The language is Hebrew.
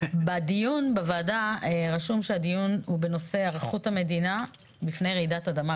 בדיון בוועדה רשום שהדיון הוא בנושא היערכות המדינה מפני רעידת אדמה.